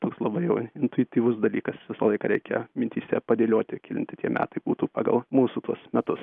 toks labai jau intuityvus dalykas visą laiką reikia mintyse padėlioti kelinti tie metai būtų pagal mūsų tuos metus